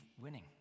winning